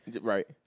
Right